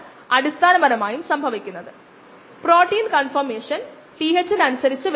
അവ അടിസ്ഥാനമാക്കി നമ്മൾ കുറച്ച് പ്രശ്നങ്ങൾ പരിഹരിച്ചു